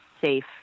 safe